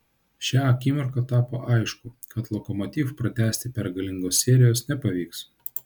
šią akimirką tapo aišku kad lokomotiv pratęsti pergalingos serijos nepavyks